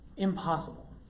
impossible